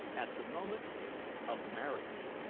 at the moment of marriage